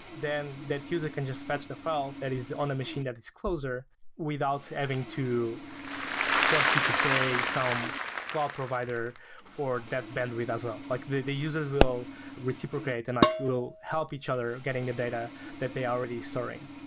then that user can just fetch the file that is on a machine that it's closer without having to force you to pay some cloud provider for that bandwidth as well. like the the users will reciprocate and like will help each other getting the data that they're already storing.